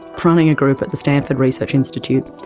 running a group at the stanford research institute,